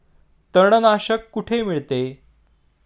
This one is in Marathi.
तणनाशक कुठे मिळते?